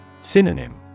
Synonym